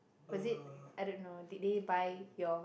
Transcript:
was it I don't know did they buy your